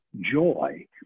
joy